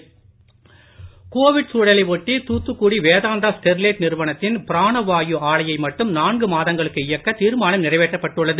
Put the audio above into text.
Sterlite Covid சூழலை ஒட்டி Thoothukudi Vedanta Sterlite நிறுவனத்தின் பிராணவாயு ஆலையை மட்டும் நான்கு மாதங்களுக்கு இயக்க தீர்மானம் நிறைவேற்றப்பட்டுள்ளது